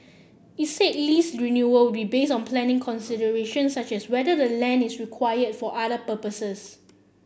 it said lease renewal will be based on planning considerations such as whether the land is required for other purposes